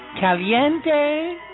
Caliente